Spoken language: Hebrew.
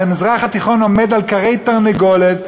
המזרח התיכון עומד על כרעי תרנגולת,